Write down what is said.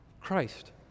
Christ